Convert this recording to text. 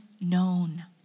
known